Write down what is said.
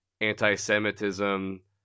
anti-Semitism